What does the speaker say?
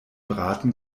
braten